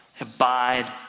abide